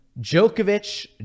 Djokovic